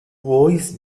voice